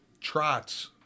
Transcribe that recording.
trots